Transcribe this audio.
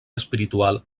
espiritual